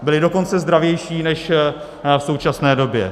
Byly dokonce zdravější než v současné době.